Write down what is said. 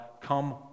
come